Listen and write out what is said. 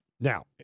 Now